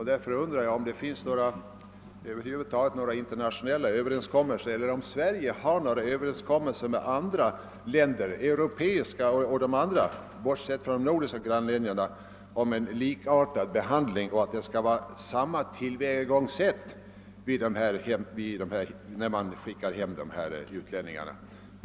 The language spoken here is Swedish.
Jag undrar därför: Finns det över huvud taget några internationella överenskommelser, eller har Sverige några överenskommelser med andra länder i Europa eller annorstädes -- bortsett från våra nordiska grannländer — om att tillämpa samma tillväga .gångssätt när man skickar hem utlänningar?